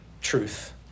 truth